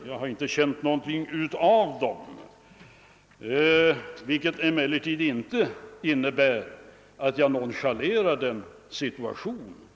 Jag har inte känt någonting av dem, vilket emellertid inte innebär att jag nonchalerar dagens situation.